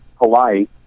Hawaii